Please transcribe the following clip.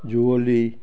যুঁৱলি